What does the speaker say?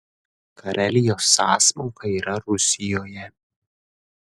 karelijos sąsmauka yra rusijoje